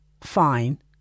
fine